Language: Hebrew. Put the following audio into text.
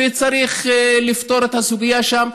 וצריך לפתור את הסוגיה שם,